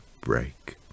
break